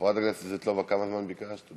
חברת הכנסת סבטלובה, כמה זמן ביקשת?